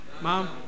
Mom